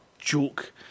joke